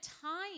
time